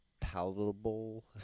palatable